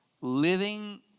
living